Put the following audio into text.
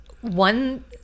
one